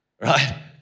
Right